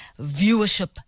viewership